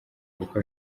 uko